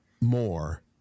more